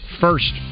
first